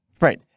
Right